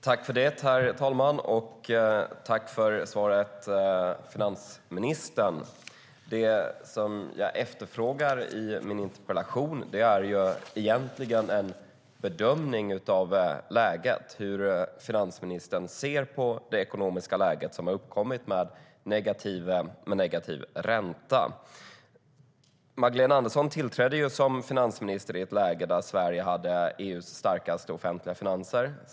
Herr talman! Jag vill tacka finansministern för svaret. Det som jag efterfrågar i min interpellation är egentligen en bedömning av läget, hur finansministern ser på det ekonomiska läge som har uppkommit med anledning av den negativa räntan. Magdalena Andersson tillträdde som finansminister i ett läge där Sverige hade EU:s starkaste offentliga finanser.